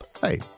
Hey